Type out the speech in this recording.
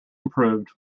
improved